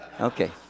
Okay